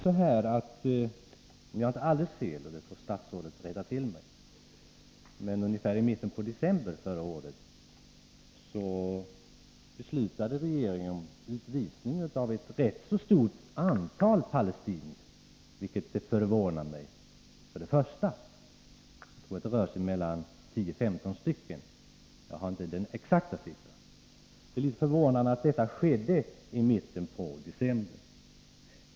Om jag inte har helt fel — i så fall får statsrådet rätta mig — beslutade regeringen i mitten av december förra året om utvisning av ett ganska stort antal palestinier. Jag tror att det rör sig om 10-15 stycken, även om jag inte har den exakta siffran. Det är litet förvånande att detta skedde i mitten av december.